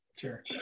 Sure